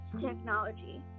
technology